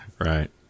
right